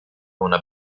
una